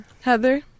Heather